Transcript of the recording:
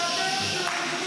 והדרך של הליכוד מנצחת.